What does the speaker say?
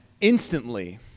instantly